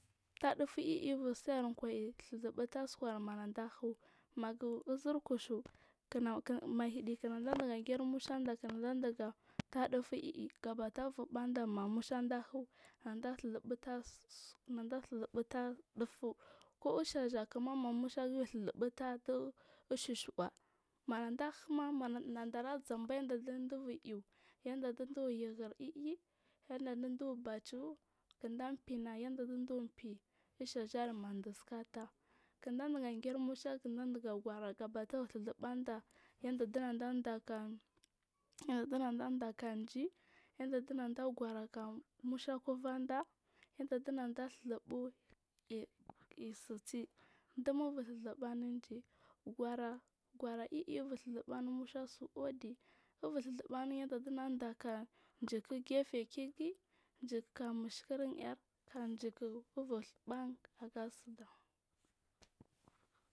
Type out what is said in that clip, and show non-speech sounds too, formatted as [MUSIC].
Ta dufu ii ubur sa kwai ɗhuzubu taah ushkur manaɗa huuh maguzir kushu [HESITATION] kik mmah edi kidager mushanda kinɗaɗa taah dufu ii gabata bubu fand amma musha huuh nada ɗhuh zubu taah [HESITATION] ɗhuzubu taah dufu kunajakima ma mu sha ubur ɗhuzubu taah ɗu ish shuwa manaɗa dubur aiy ɗaga ii yanɗa yanda dubur bachu kind fina yanda ɗun ɗubur fii ishajar mada sika taah. kinda diga germusha kinda diga gora ubur ɗhuzubu niɗa yanɗa ɗinnaɗa ɗaah ga ɗinaɗan ɗa kan ga kuvarɗa yanda ɗunaɗa ɗhuzubu iyi si sir ɗum uvur ɗhuzubu anun ji gors gors ii ubur ɗhuzubu an u musha si uɗi ubur ɗhuzubuni yanda ɗugan daga jiku geferki ge gika nushikir ir ka jiku uvur ban kasiɗa.